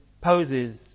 poses